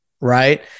right